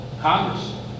congress